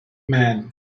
man